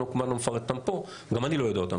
אני כמובן לא מפרט אותן פה, גם אני לא יודע אותן.